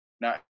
now